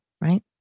right